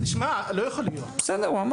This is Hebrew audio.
אבל כל פעם אני תשמע, זה לא יכול להיות.